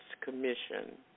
Commission